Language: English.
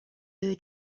you